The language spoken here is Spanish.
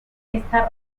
esta